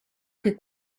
che